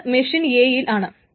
അത് machine A യിൽ ആണ്